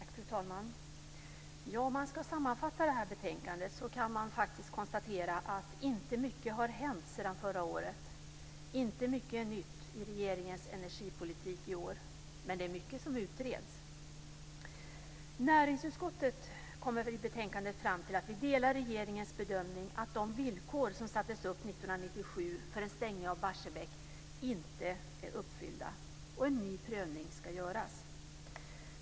Fru talman! Om man ska sammanfatta betänkandet kan man konstatera att inte mycket har hänt sedan förra året. Det är inte mycket nytt i regeringens energipolitik i år, men det är mycket som utreds. Näringsutskottet kommer i betänkandet fram till att det delar regeringens bedömning att de villkor som sattes upp 1997 för en stängning av Barsebäck inte är uppfyllda och att en ny prövning ska göras.